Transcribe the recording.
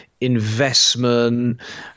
investment